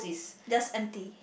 just empty